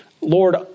Lord